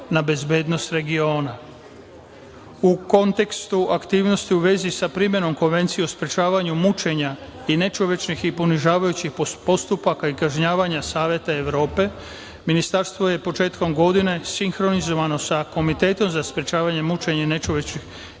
na bezbednost regiona.U kontekstu aktivnosti u vezi sa primenom konvencije o sprečavanju mučenja i nečovečnih i ponižavajućih postupaka i kažnjavanja Saveta Evrope, Ministarstvo je početkom godine, sinhronizovano sa Komitetom za sprečavanje i mučenje nečovečnih